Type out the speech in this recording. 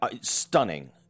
Stunning